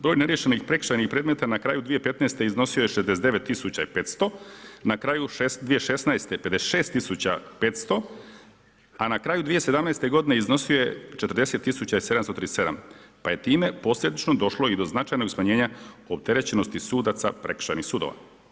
Broj neriješenih prekršajnih predmeta na kraju 2015. iznosio je 69 500, na kraju 2016. 56 500, a na kraju 2017. godine iznosio je 40 737 pa je time … došlo i do značajnog smanjenja opterećenosti sudaca prekršajnih sudova.